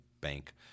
bank